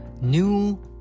new